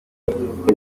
nshuro